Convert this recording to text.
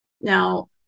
Now